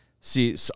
see